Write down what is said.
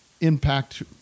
impact